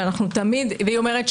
והיא אומרת,